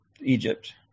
Egypt